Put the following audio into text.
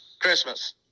Christmas